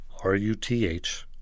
R-U-T-H